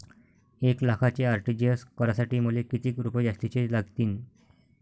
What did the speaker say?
एक लाखाचे आर.टी.जी.एस करासाठी मले कितीक रुपये जास्तीचे लागतीनं?